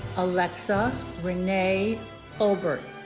alexa renee holbert